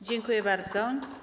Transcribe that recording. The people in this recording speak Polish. Dziękuję bardzo.